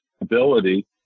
ability